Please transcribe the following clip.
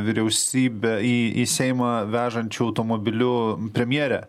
vyriausybę į į seimą vežančiu automobiliu premjerę